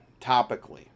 topically